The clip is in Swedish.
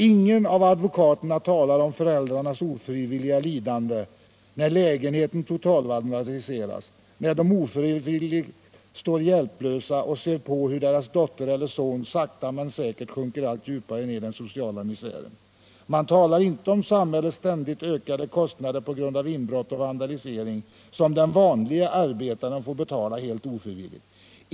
Ingen av advokaterna talar om föräldrarnas ofrivilliga lidande, när lägenheten totalvandaliseras, när de ofrivilligt står hjälplösa och ser på hur deras dotter/son sakta men säkert sjunker allt djupare ned i den sociala misären. Man talar inte om samhällets ständigt ökade kostnader på grund av inbrott och vandalisering som den vanlige arbetaren får betala helt ofrivilligt.